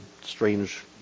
strange